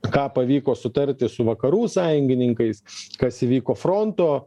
ką pavyko sutarti su vakarų sąjungininkais kas įvyko fronto